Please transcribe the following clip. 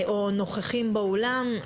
או נוכחים באולם,